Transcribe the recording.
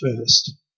first